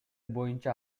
боюнча